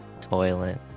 toilet